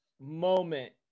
moment